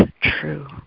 true